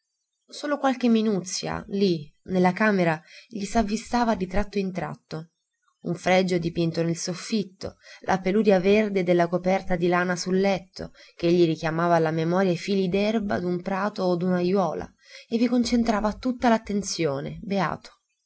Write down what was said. solo qualche minuzia lì nella camera gli s'avvistava di tratto in tratto un fregio dipinto nel soffitto la peluria verde della coperta di lana sul letto che gli richiamava alla memoria i fili d'erba d'un prato o d'una ajuola e vi concentrava tutta l'attenzione beato